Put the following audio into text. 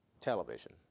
Television